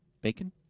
bacon